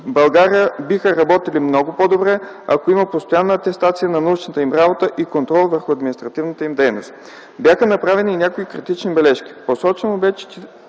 България биха работили много по-добре, ако има постоянна атестация на научната им работа и контрол върху административната им дейност. Бяха направени и някои критични бележки.